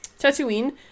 Tatooine